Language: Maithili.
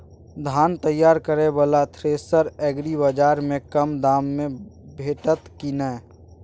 धान तैयार करय वाला थ्रेसर एग्रीबाजार में कम दाम में भेटत की नय?